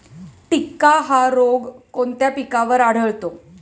टिक्का हा रोग कोणत्या पिकावर आढळतो?